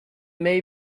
may